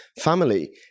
family